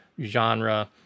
genre